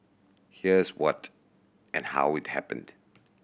here's what and how it happened